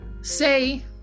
say